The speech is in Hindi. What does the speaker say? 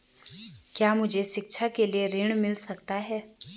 क्या मुझे शिक्षा के लिए ऋण मिल सकता है?